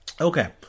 Okay